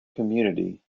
community